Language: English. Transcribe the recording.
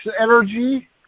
energy